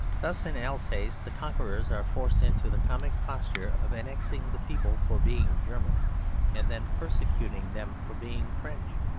thus in alsace the conquerors are forced into the comic posture of annexing the people for being german and then persecuting them for being french.